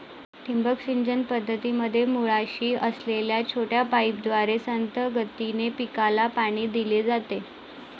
ठिबक सिंचन पद्धतीमध्ये मुळाशी असलेल्या छोट्या पाईपद्वारे संथ गतीने पिकाला पाणी दिले जाते